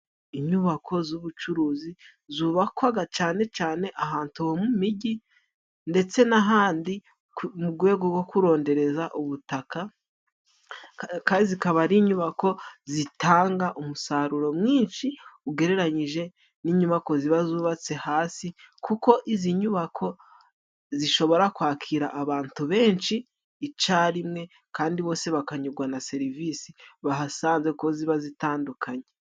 Anyubako z'ubucuruzi zubakwaga cane cane ahantu ho mu mijyi ndetse n'ahandi, mu rwego rwo kurondereza ubutaka. Ikaba ari inyubako zitanga umusaruro mwinshi ugereranyije n'inyubako ziba zubatse hasi kuko izi nyubako zishobora kwakira abantu benshi icarimwe kandi bose bakanyurwa na serivisi bahasanze ko ziba zitandukanye.